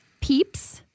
Peeps